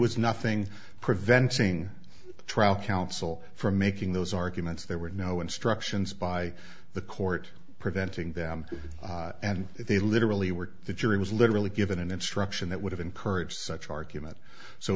was nothing preventing the trial counsel from making those arguments there were no instructions by the court preventing them and they literally were the jury was literally given an instruction that would have encouraged such argument so